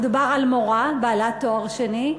מדובר על מורה בעלת תואר שני,